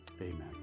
amen